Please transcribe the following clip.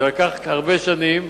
זה לקח הרבה שנים,